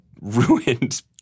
ruined